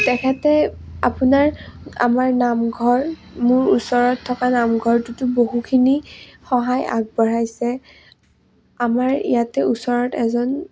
তেখেতে আপোনাৰ আমাৰ নামঘৰ মোৰ ওচৰত থকা নামঘৰটোতো বহুখিনি সহায় আগবঢ়াইছে আমাৰ ইয়াতে ওচৰত এজন